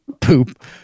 poop